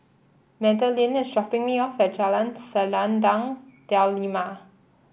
Madelynn is dropping me off at Jalan Selendang Delima